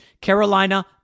Carolina